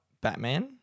Batman